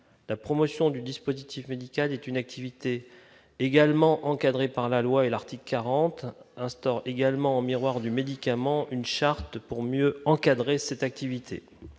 la promotion du dispositif médical est une activité également encadrée par la loi et l'article 40 instaure également miroir du médicament, une charte pour mieux encadrer cette activité,